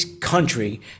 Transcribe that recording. country